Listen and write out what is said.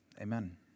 amen